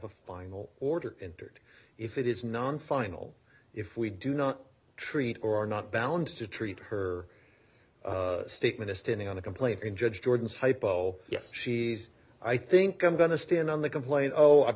a final order entered if it is non final if we do not treat or are not bound to treat her statement as standing on the complaint in judge jordan's hypo yes she's i think i'm going to stand on the complaint oh